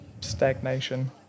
stagnation